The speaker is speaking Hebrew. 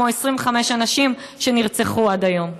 כמו 25 הנשים שנרצחו עד היום?